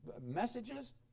messages